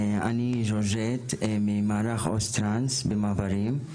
אני ז'ורז'ט ממערך עו"ס טרנס במעברים,